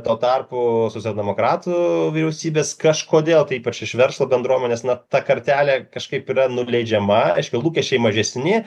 tuo tarpu socialdemokratų vyriausybės kažkodėl ypač iš verslo bendruomenės na ta kartelė kažkaip yra nuleidžiama reiškia lūkesčiai mažesni